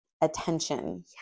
attention